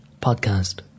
podcast